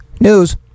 News